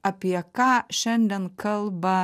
apie ką šiandien kalba